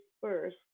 first